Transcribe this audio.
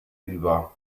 über